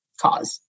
cause